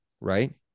right